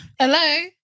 Hello